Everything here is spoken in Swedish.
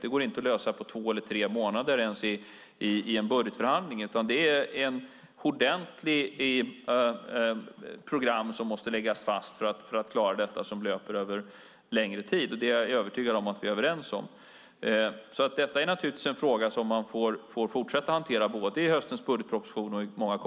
Det går inte att lösa detta på två eller tre månader ens i en budgetförhandling, utan ett ordentligt program som löper över en längre tid måste läggas fast för att klara det här. Jag är övertygad om att vi är överens om det. Frågan får fortsatt hanteras både i höstens budgetproposition och i många kommande budgetpropositioner.